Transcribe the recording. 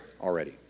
already